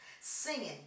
singing